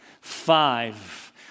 Five